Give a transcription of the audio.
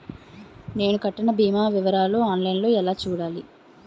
నేను కట్టిన భీమా వివరాలు ఆన్ లైన్ లో ఎలా చూడాలి?